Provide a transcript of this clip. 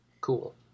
Cool